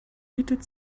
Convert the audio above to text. bietet